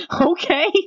okay